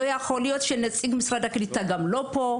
לא יכול להיות שנציג משרד הקליטה לא נמצא פה.